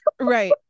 Right